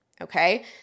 okay